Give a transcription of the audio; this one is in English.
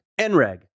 NREG